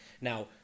Now